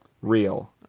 Real